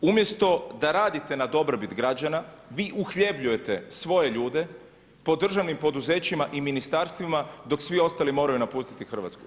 Umjesto da radite na dobrobit građa, vi uhljebljujete svoje ljude po državnim poduzećima i ministarstvima dok svi ostali moraju napustiti Hrvatsku.